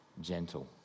gentle